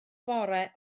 bore